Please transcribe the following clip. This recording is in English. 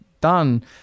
done